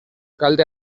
kalte